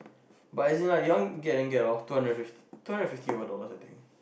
but as in like you want get then get loh two hundred and hundred fifty two hundred and fifty over dollars I think